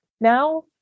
Now